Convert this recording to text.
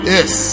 Yes